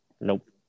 Nope